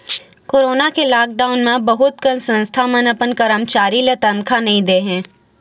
corona के lockdown म बहुत कन संस्था मन अपन करमचारी ल तनखा नइ दे हे